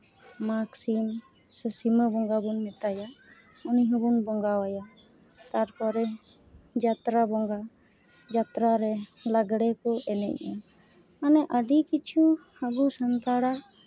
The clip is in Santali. ᱢᱟᱜᱽ ᱥᱤᱢ ᱥᱮ ᱥᱤᱢᱟᱹ ᱵᱚᱸᱜᱟ ᱵᱚᱱ ᱢᱮᱛᱟᱭᱟ ᱩᱱᱤ ᱦᱚᱸᱵᱚᱱ ᱵᱚᱸᱜᱟ ᱟᱭᱟ ᱛᱟᱨᱯᱚᱨᱮ ᱡᱟᱛᱨᱟ ᱵᱚᱸᱜᱟ ᱡᱟᱛᱨᱟ ᱨᱮ ᱞᱟᱜᱽᱲᱮ ᱠᱚ ᱮᱱᱮᱡᱟ ᱢᱟᱱᱮ ᱟᱹᱰᱤ ᱠᱤᱪᱷᱩ ᱟᱵᱚ ᱥᱟᱱᱛᱟᱲᱟᱜ